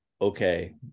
okay